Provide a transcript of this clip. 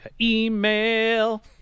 email